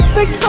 Six